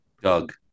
Doug